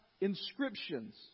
inscriptions